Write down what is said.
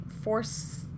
force